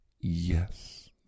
Yes